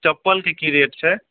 चप्पलके की रेट छै